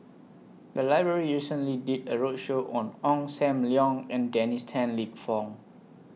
The Library recently did A roadshow on Ong SAM Leong and Dennis Tan Lip Fong